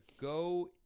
go